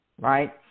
right